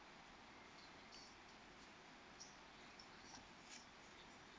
uh